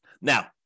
Now